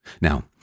Now